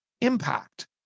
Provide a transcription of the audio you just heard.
impact